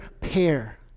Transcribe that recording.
pair